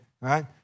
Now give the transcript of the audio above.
right